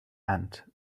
end